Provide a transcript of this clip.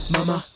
Mama